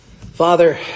father